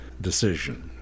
decision